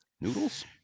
noodles